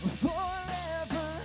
forever